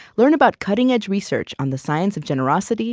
learn about cutting-edge research on the science of generosity,